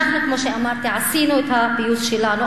אנחנו, כמו שאמרתי, עשינו את הפיוס שלנו.